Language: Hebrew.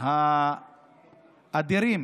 האדירים